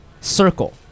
Circle